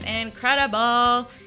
incredible